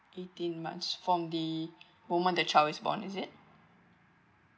eighteen months from the moment the child is born is it